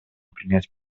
принять